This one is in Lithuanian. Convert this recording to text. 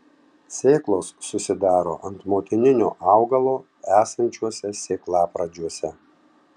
sėklos susidaro ant motininio augalo esančiuose sėklapradžiuose